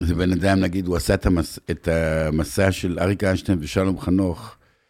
זה בן אדם, נגיד, הוא עשה את המסע של אריק איינשטיין ושלום חנוך.